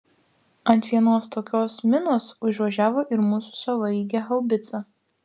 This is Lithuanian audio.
ant vienos tokios minos užvažiavo ir mūsų savaeigė haubica